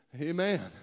Amen